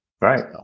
Right